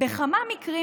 בכמה מקרים